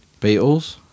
Beatles